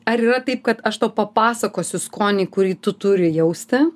ar yra taip kad aš tau papasakosiu skonį kurį tu turi jausti